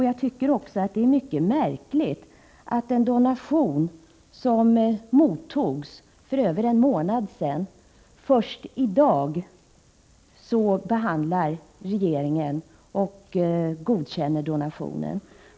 Jag tycker också att det är mycket märkligt, när det gäller en donation som mottogs för över en månad sedan, att regeringen först i dag behandlar ärendet och godkänner donationen.